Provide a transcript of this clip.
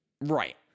right